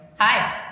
Hi